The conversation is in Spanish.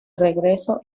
regreso